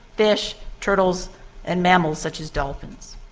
fish, turtles and mammals such as dolphins.